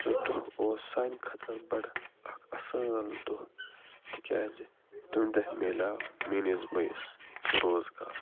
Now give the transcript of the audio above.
سُہ دۄہ اوس سانہِ خٲطر بَڑٕ اَکھ اَصٕل دۄہ تِکیٛازِ تمہِ دۄہ میلیو میٲنِس بٲیِس روز گار